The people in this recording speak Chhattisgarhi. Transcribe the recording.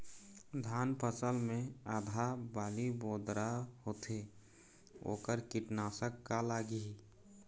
धान फसल मे आधा बाली बोदरा होथे वोकर कीटनाशक का लागिही?